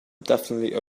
definitely